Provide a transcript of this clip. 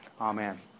Amen